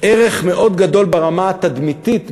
ערך מאוד גדול ברמה התדמיתית,